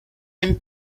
him